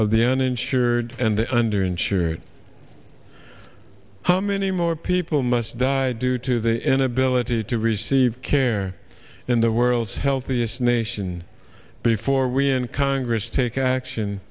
of the end insured and under insured how many more people must die due to the inability to receive care in the world's healthiest nation before we and congress take action